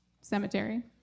cemetery